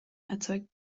erzeugt